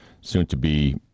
soon-to-be